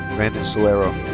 brandon solero.